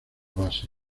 base